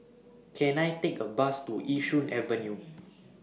Can I Take A Bus to Yishun Avenue